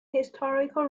historical